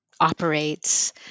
operates